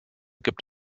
gibt